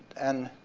and,